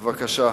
בבקשה.